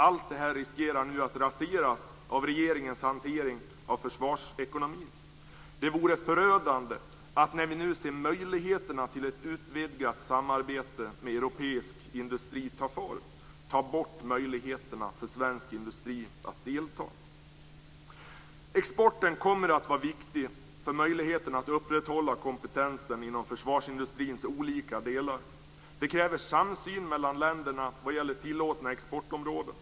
Allt detta riskerar nu att raseras av regeringens hantering av försvarsekonomin. Det vore förödande att, när vi nu ser möjligheterna till ett utvidgat samarbete med den europeiska industrin ta form, ta bort möjligheterna för den svenska industrin att delta. Exporten kommer att vara viktig för möjligheterna att upprätthålla kompetensen inom försvarsindustrins olika delar. Det kräver samsyn mellan länderna vad gäller tillåtna exportområden.